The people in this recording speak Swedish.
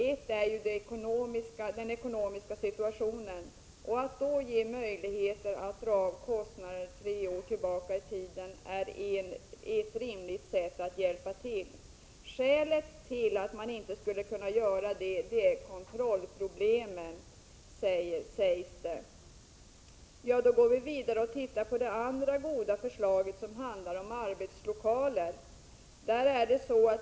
Ett är den ekonomiska situationen. Att då ge möjlighet att dra av kostnader för tre år tillbaka i tiden är ett rimligt sätt att hjälpa till. Skälet till att man inte skulle kunna göra det är kontrollproblem, sägs det. Då kan vi gå vidare och titta på det andra goda förslaget som handlar om arbetslokaler.